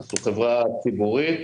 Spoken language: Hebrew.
זו חברה ציבורית.